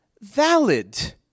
valid